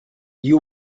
you